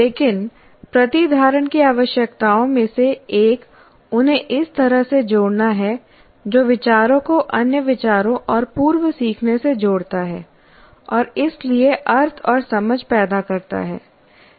लेकिन प्रतिधारण की आवश्यकताओं में से एक उन्हें इस तरह से जोड़ना है जो विचारों को अन्य विचारों और पूर्व सीखने से जोड़ता है और इसलिए अर्थ और समझ पैदा करता है